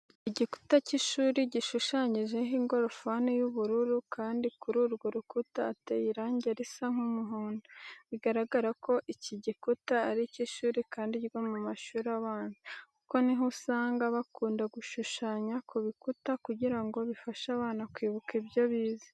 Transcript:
Igikuta cy'ishuri gushushanyijeho ingorofani y'ubururu kandi kuri urwo rukuta hateye irangi risa nk'umuhondo. Biragaragara ko iki gikuta ari icy'ishuri kandi ryo mu mashuri abanza, kuko ni ho usanga bakunda gushushanya ku bikuta kugira ngo bifashe abana kwibuka ibyo bize.